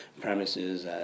premises